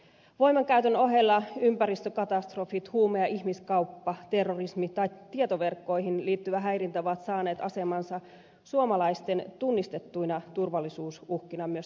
voimankäytön ohella ympäristökatastrofit huume ja ihmiskauppa terrorismi ja tietoverkkoihin liittyvä häirintä ovat saaneet asemansa suomalaisten tunnistettuina turvallisuusuhkina myös tässä selonteossa